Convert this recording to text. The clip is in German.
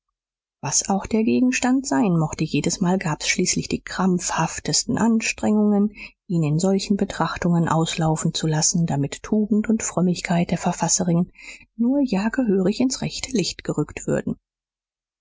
was auch der gegenstand sein mochte jedesmal gab's schließlich die krampfhaftesten anstrengungen ihn in solche betrachtungen auslaufen zu lassen damit tugend und frömmigkeit der verfasserin nur ja gehörig ins rechte licht gerückt würden